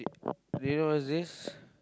do you know what's this